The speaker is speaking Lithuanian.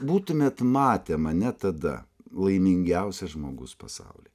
būtumėt matę mane tada laimingiausias žmogus pasaulyje